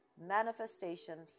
manifestation